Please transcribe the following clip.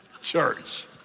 church